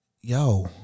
Yo